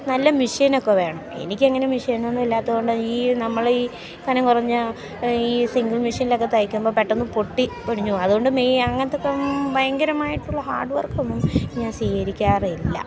നല്ല മെഷീനൊക്കെ വേണം എനിക്കങ്ങനെ മെഷീനൊന്നും ഇല്ലാത്തതുകൊണ്ട് ഈ നമ്മൾ ഈ കനം കുറഞ്ഞ ഈ സിംഗിൾ മെഷീനിലൊക്കെ തയ്ക്കുമ്പോൾ പെട്ടെന്നു പൊട്ടി പൊടിഞ്ഞു പോകും അതുകൊണ്ട് അങ്ങനത്തെയൊക്കെ ഭയങ്കരമായിട്ടുള്ള ഹാർഡ് വർക്കൊന്നും ഞാൻ സ്വീകരിക്കാറില്ല